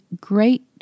great